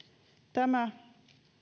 tämä